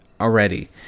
already